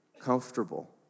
comfortable